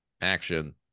action